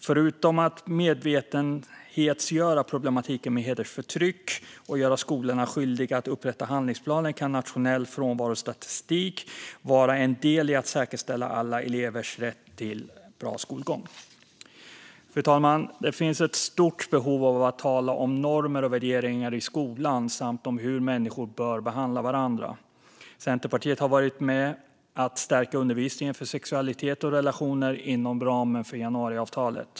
Förutom att öka medvetenheten om problematiken med hedersförtryck och göra skolorna skyldiga att upprätta handlingsplaner kan nationell frånvarostatistik vara en del i att säkerställa alla elevers rätt till bra skolgång. Fru talman! Det finns ett stort behov av att i skolan tala om normer och värderingar och om hur människor bör behandla varandra. Centerpartiet har varit med om att stärka undervisningen om sexualitet och relationer inom ramen för januariavtalet.